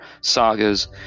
sagas